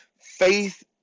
faith